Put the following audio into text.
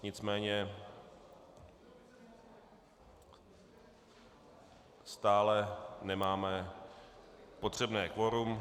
Nicméně stále nemáme potřebné kvorum.